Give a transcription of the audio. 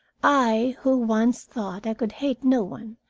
i, who once thought i could hate no one,